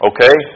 Okay